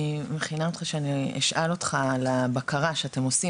אני מכינה אותך שאני אשאל אותך על הבקרה שאתם עושים